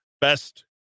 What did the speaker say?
best